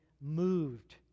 moved